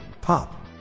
pop